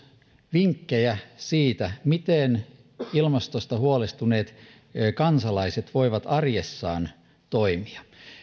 vinkkejä siitä miten ilmastosta huolestuneet kansalaiset voivat arjessaan toimia